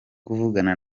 kuvugana